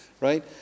right